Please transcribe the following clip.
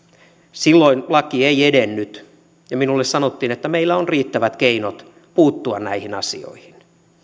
silloin laki ei edennyt ja minulle sanottiin että meillä on riittävät keinot puuttua näihin asioihin